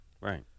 Right